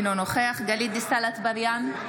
אינו נוכח גלית דיסטל אטבריאן,